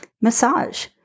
Massage